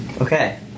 Okay